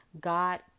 God